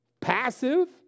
passive